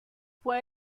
fue